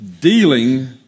Dealing